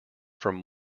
from